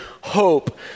hope